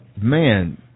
Man